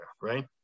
right